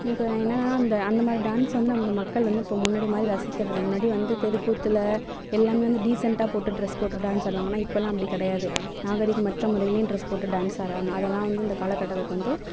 இப்போ என்னெனா அந்த அந்த மாதிரி டான்ஸ் வந்து நம்ம மக்கள் வந்து இப்போ முன்னாடி மாதிரி ரசிக்கிறதில்லை முன்னாடி வந்து தெருக்கூற்றில எல்லாமே வந்து டீசன்டாக போட்டு டிரஸ் போட்டு டான்ஸ் ஆடுவாங்க ஆனால் இப்பெல்லாம் அப்படி கிடையாது நாகரிகமற்ற முறையிலே டிரஸ் போட்டு டான்ஸ் ஆடுறாங்க அதெலாம் வந்து இந்த காலக்கட்டத்துக்கு வந்து